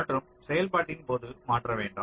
மற்றும் செயல்பாட்டின் போது மாற்ற வேண்டாம்